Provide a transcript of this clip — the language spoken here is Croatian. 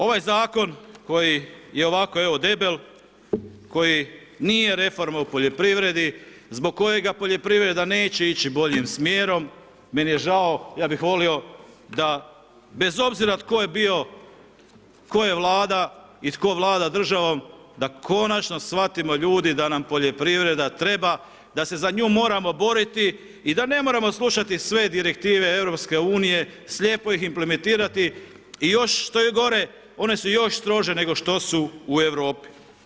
Ovaj zakon koji je ovako evo debel, koji nije reforma o poljoprivredi, zbog kojega poljoprivreda neće ići boljim smjerom, meni je žao, ja bih volio da bez obzira tko je bio, tko je vlada i tko vlada državom da konačno shvatimo ljudi da nam poljoprivreda treba, da se za nju moramo boriti i da ne moramo slušati sve direktive EU , slijepo ih implementirati i još što je gore, one su još strože nego što su u Europi.